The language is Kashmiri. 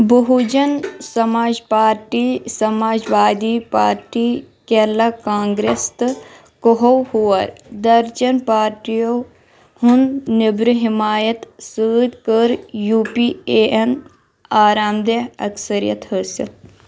Bahujan Samaj party, Samajwadi party, Kerala Congress تہٕ كوہور درچین پارٹِیو ہٕنٛد نیٚبرٕ حمایت سۭتۍ کٔر یوٗ پی اے ہن آرام دہ اکثریت حٲصل